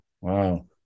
Wow